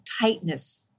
tightness